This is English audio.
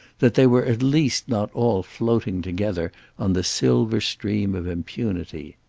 that they were at least not all floating together on the silver stream of impunity.